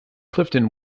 clifton